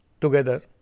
together